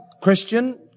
Christian